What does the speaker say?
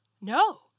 no